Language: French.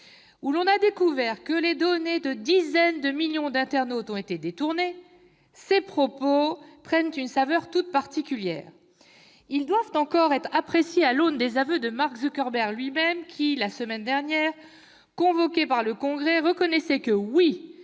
où l'on a découvert que les données de dizaines de millions d'internautes ont été détournées, ces propos prennent une saveur toute particulière. Ils doivent encore être appréciés à l'aune des aveux de Mark Zuckerberg lui-même, qui, la semaine dernière, convoqué par le Congrès, reconnaissait que, oui,